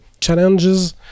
challenges